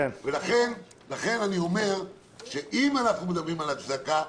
לכן אני אומר שאם אנחנו מדברים על הצדקה,